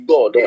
God